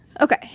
Okay